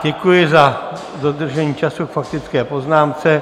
Děkuji za dodržení času k faktické poznámce.